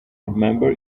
remember